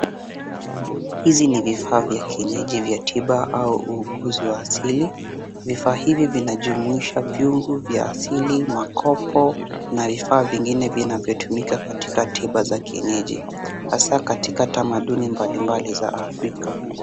Hizi ni vifaa vya kienyeji vya tiba au uuguzi wa asili. Vifaa hivi vinahusisha viungo vya asili, makopo na vifaa vingine vinavyotumika katika tiba za kienyeji hasa katika tamaduni mbalimbali za afrika.